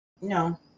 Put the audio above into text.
No